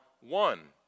one